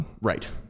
Right